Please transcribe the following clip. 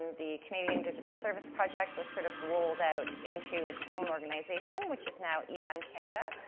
the canadian digital service project was sort of rolled out into its own organisation, which is now ebound canada,